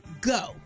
Go